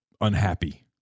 unhappy